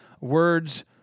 words